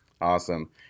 Awesome